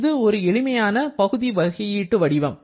இது ஒரு எளிமையான பகுதி வகையீட்டு வடிவம்